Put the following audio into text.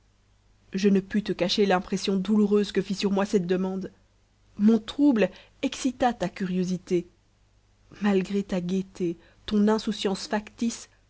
je ne pus te cacher l'impression douloureuse que fit sur moi cette demande mon trouble excita ta curiosité malgré ta gaieté ton insouciance factice